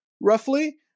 roughly